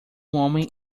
homem